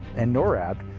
and norad,